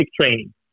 training